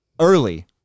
Early